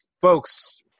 folks